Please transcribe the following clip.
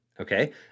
Okay